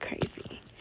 crazy